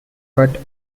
cut